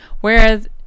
Whereas